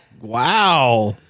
Wow